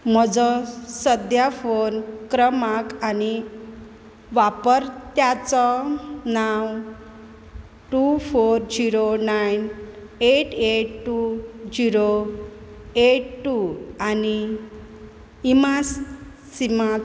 म्हजो सद्या फोन क्रमांक आनी वापरत्याचो नांव two four zero nine eight eight two zero eight two आनी इमासीमात